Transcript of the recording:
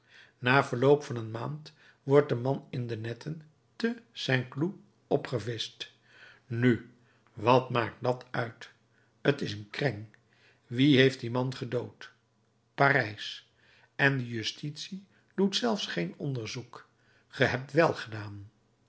na verloop van een maand wordt de man in de netten te saint cloud opgevischt nu wat maakt dat uit t is een kreng wie heeft dien man gedood parijs en de justitie doet zelfs geen onderzoek ge hebt wèl gedaan